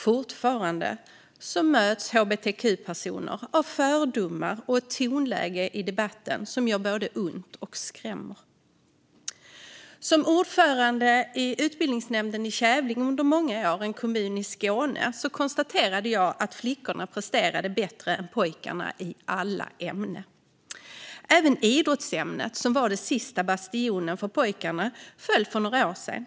Fortfarande möts hbtq-personer av fördomar och ett tonläge i debatten som både gör ont och skrämmer. Jag var under många år ordförande i utbildningsnämnden i den skånska kommunen Kävlinge och konstaterade att flickorna presterade bättre än pojkarna i alla ämnen. Även idrottsämnet, som var den sista bastionen för pojkarna, föll för några år sedan.